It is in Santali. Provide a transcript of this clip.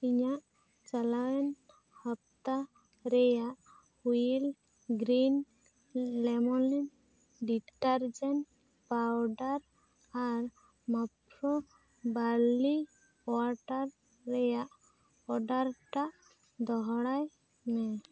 ᱤᱧᱟᱜ ᱪᱟᱞᱟᱣᱮᱱ ᱦᱟᱯᱛᱟ ᱨᱮᱭᱟᱜ Wheel green lemon detergent powder ᱟᱨ ᱢᱟᱯᱨᱚ ᱵᱟᱨᱞᱤ ᱚᱣᱟᱴᱟᱨ ᱨᱮᱭᱟᱜ ᱚᱰᱟᱨ ᱴᱟᱜ ᱫᱚᱦᱲᱟᱭ ᱢᱮ